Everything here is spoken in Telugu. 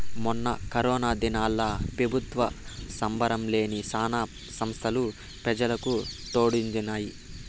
మొన్న కరోనా దినాల్ల పెబుత్వ సంబందం లేని శానా సంస్తలు పెజలకు తోడుండినాయి